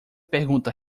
pergunta